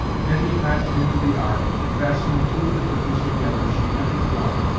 hetty passed into the ark, and fastening two of the canoes together, she entered one,